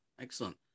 excellent